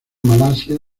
malasia